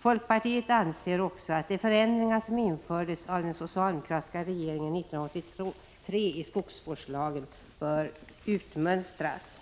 Folkpartiet anser att de förändringar i skogsvårdslagen som infördes av den socialdemokratiska regeringen 1983 bör utmönstras.